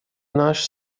наш